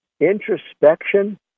Introspection